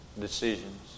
decisions